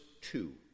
two